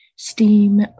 Steam